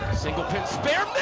single pin spare.